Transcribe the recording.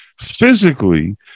Physically